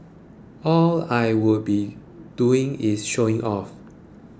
all I would be doing is showing off